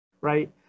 Right